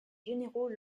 généraux